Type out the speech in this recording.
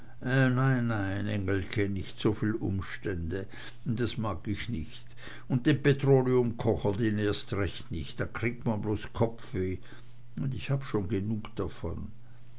nein nein engelke nicht soviel umstände das mag ich nicht und den petroleumkocher den erst recht nich da kriegt man bloß kopfweh und ich habe schon genug davon